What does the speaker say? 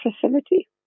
facility